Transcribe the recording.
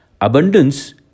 Abundance